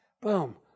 Boom